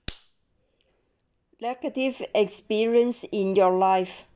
negative experience in your life